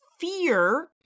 fear